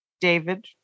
David